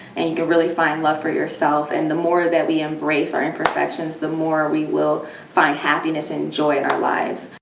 and you can really find love for yourself, and the more that we embrace our imperfections, the more we will find happiness and joy in our lives.